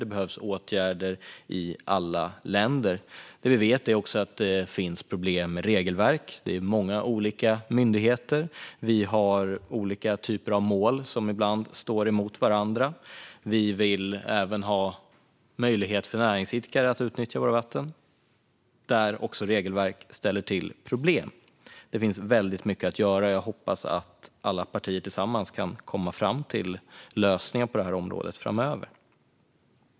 Det behövs åtgärder i alla länder. Vi vet att det finns problem med regelverk. Det är många olika myndigheter. Vi har olika typer av mål som ibland står emot varandra. Vi vill att näringsidkare ska ha möjlighet att utnyttja våra vatten - där ställer regelverk till problem. Det finns väldigt mycket att göra. Jag hoppas att alla partier tillsammans kan komma fram till lösningar på detta område framöver.